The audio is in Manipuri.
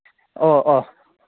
ꯑꯣ ꯑꯣ